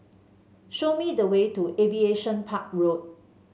show me the way to Aviation Park Road